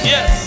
Yes